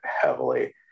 heavily